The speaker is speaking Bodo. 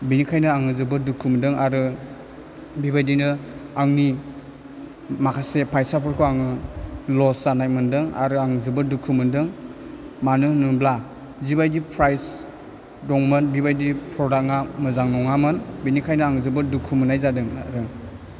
बेनिखायनो आङो जोबोत दुखु मोनदों आरो बेबादिनो आंनि माखासे फायसाफोरखौ आङो लस जानाय मोनदों आरो आङो जोबोत दुखु मोनदों मानो होनोब्ला जिबायदि प्राइस दंमोन बेबायदि प्रदाका मोजां नङामोन बेनिखायनो आङो जोबोत दुखु मोन्नाय जादों आरो